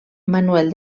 manuel